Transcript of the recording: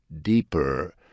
deeper